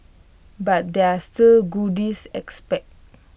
but there are still goodies expect